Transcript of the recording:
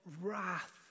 wrath